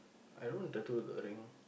I don't tattoo the ring